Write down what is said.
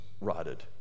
rotted